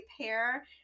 pair